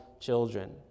children